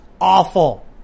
awful